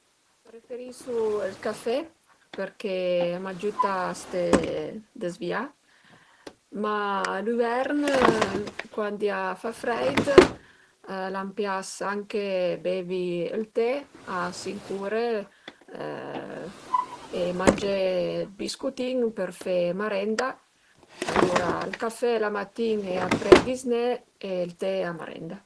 Preferisu ël café perché a m'agiüta a ste dezvìà, ma l'üvern cuandi a fa freit a m'pias anche beivi ël te a sinc ure e mangé dë biscutin për fe marenda, alura ël café la matin e aprè dizné e ël te e marenda